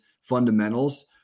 fundamentals